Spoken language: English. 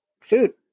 food